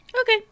Okay